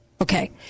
Okay